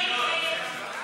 מי בעד, מי נגד?